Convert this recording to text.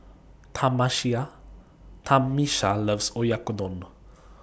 Tamisha loves Oyakodon